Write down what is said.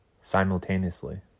simultaneously